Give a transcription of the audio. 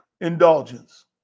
Indulgence